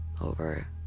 over